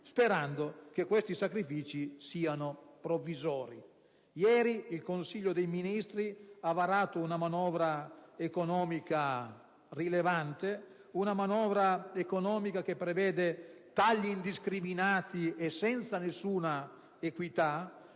sperando che questi sacrifici siano provvisori». Ieri il Consiglio dei ministri ha varato una manovra economica rilevante, una manovra che prevede tagli indiscriminati e senza nessuna equità,